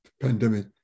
pandemic